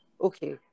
okay